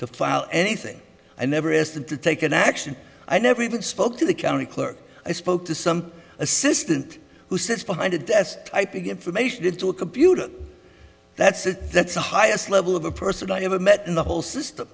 to file anything i never asked them to take an action i never even spoke to the county clerk i spoke to some assistant who sits behind a desk typing information into a computer that's it that's the highest level of a person i've ever met in the whole system